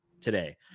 today